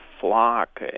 flock